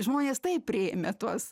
žmonės taip priėmė tuos